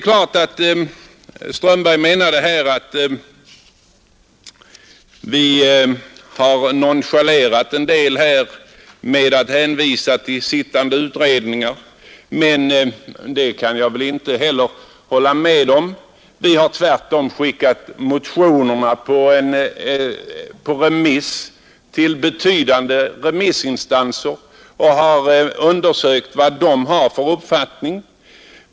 Herr Strömberg menade att vi har nonchalerat en del saker genom att hänvisa till sittande utredningar. Det kan jag inte heller hålla med om. Vi har tvärtom skickat motionerna på remiss till betydande remissinstanser för att få veta vad de har för uppfattning.